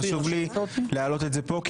חשוב לי להעלות את זה פה,